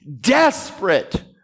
desperate